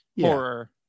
horror